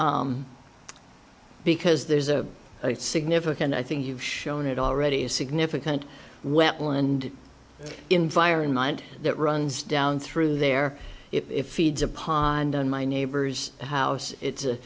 less because there's a significant i think you've shown it already is significant wetland environment that runs down through there if feeds upon down my neighbor's house it's a